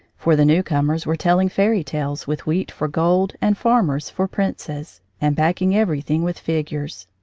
for the newcomers were telling fairy tales, with wheat for gold and farmers for princes, and backing everything with fig ures.